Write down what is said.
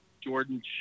Jordan